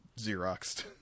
Xeroxed